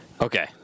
Okay